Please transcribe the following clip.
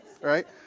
Right